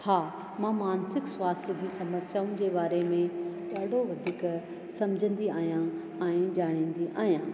हा मां मानसिक स्वास्थ्य जी समस्याउनि जे बारे में ॾाढो वधीक सम्झंदी आहियां ऐं जाणींदी आहियां